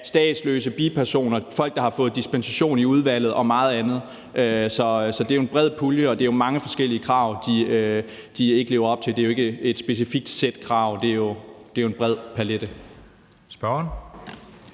statsløse, bipersoner, folk, der har fået dispensation i udvalget, og mange andre. Så det er jo en bred pulje, og det er mange forskellige krav, de ikke lever op til. Det er jo ikke et specifikt sæt krav; det er jo en bred palet.